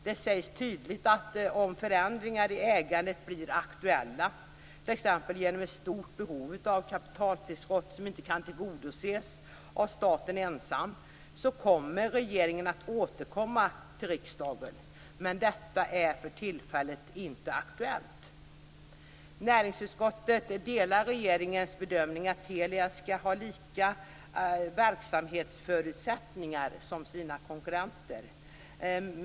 Det sägs tydligt att regeringen kommer att återkomma till riksdagen om förändringar i ägandet blir aktuella, t.ex. genom ett stort behov av kapitaltillskott som inte kan tillgodoses av staten ensam. Men detta är för tillfället inte aktuellt. Näringsutskottet delar regeringens bedömning att Telia skall ha samma verksamhetsförutsättningar som sina konkurrenter.